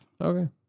Okay